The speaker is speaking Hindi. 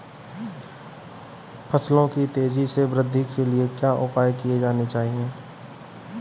फसलों की तेज़ी से वृद्धि के लिए क्या उपाय किए जाने चाहिए?